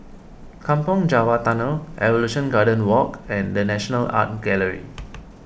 Kampong Java Tunnel Evolution Garden Walk and the National Art Gallery